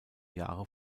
jahre